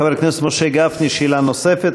חבר הכנסת משה גפני, שאלה נוספת.